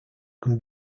can